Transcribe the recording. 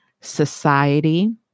society